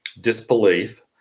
disbelief